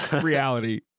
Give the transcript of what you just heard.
reality